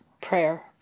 prayer